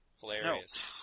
Hilarious